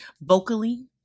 vocally